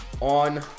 on